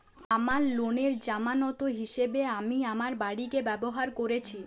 আমার লোনের জামানত হিসেবে আমি আমার বাড়িকে ব্যবহার করেছি